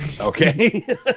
Okay